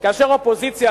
כאשר אופוזיציה,